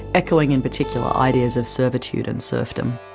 echoing, in particular, ideas of servitude and serfdom.